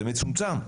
זה מצומצם.